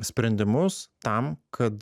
sprendimus tam kad